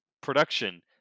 production